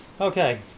okay